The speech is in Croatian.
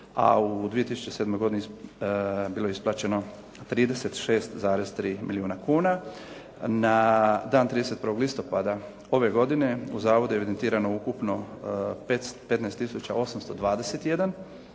a u 2007. godini bilo je isplaćeno 36,3 milijuna kuna. Na dan 31. listopada ove godine u zavodu je evidentirano ukupno 15